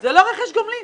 זה לא רכש גומלין.